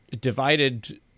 divided